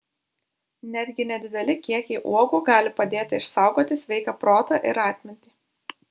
netgi nedideli kiekiai uogų gali padėti išsaugoti sveiką protą ir atmintį